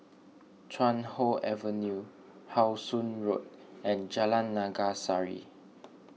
Chuan Hoe Avenue How Sun Road and Jalan Naga Sari